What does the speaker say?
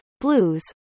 blues